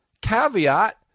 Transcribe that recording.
caveat